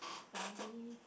study